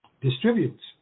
distributes